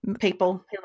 people